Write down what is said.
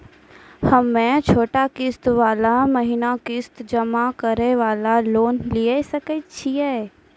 हम्मय छोटा किस्त वाला पर महीना किस्त जमा करे वाला लोन लिये सकय छियै?